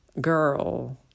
girl